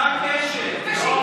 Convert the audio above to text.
מה הקשר?